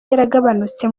yaragabanutse